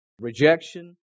Rejection